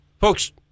Folks